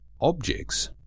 objects